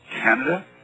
Canada